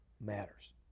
matters